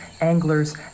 anglers